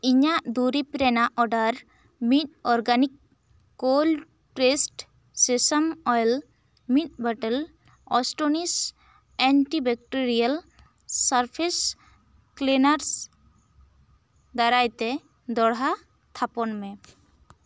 ᱤᱧᱟ ᱜ ᱫᱩᱨᱤᱵᱽ ᱨᱮᱱᱟᱜ ᱚᱰᱟᱨ ᱢᱤᱫ organic cold pressed sesame oil ᱢᱤᱫ ᱵᱟᱴᱚᱞ ᱚᱥᱴᱚᱱᱤᱥᱴ ᱮᱱᱴᱤ ᱵᱮᱠᱴᱚᱨᱤᱭᱮᱞ ᱥᱟᱨᱯᱷᱮᱥ ᱠᱞᱮᱱᱟᱨᱥ ᱫᱟᱨᱟᱭ ᱛᱮ ᱫᱚᱲᱦᱟ ᱛᱷᱟᱯᱚᱱ ᱢᱮ